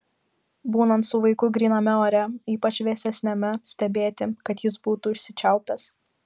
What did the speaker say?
būnant su vaiku gryname ore ypač vėsesniame stebėti kad jis būtų užsičiaupęs